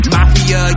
Mafia